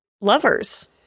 lovers